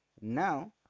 now